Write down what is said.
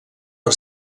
per